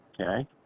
Okay